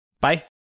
Bye